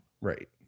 right